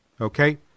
Okay